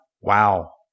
Wow